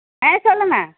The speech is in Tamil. ஆ சொல்லுங்கள்